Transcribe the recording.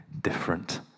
different